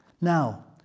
Now